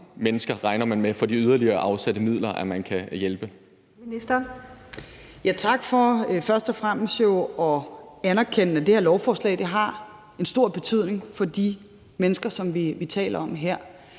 Ministeren. Kl. 14:24 Indenrigs- og sundhedsministeren (Sophie Løhde): Tak for først og fremmest at anerkende, at det her lovforslag har en stor betydning for de mennesker, som vi taler om her.